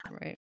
Right